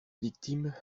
victime